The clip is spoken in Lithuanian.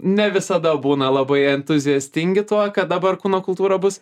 ne visada būna labai entuziastingi tuo kad dabar kūno kultūra bus